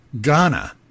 Ghana